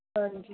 हां जी